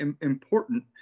important